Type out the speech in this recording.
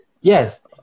yes